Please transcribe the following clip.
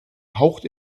haucht